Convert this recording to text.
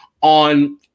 on